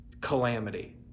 calamity